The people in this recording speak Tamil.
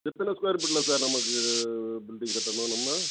எத்தனை ஸ்கொயர் ஃபீட்ல சார் நமக்கு பில்டிங் கட்டணும் நம்ம